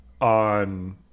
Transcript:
on